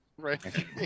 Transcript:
Right